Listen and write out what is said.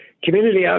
Community